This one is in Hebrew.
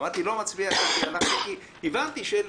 אמרתי: לא מצביע.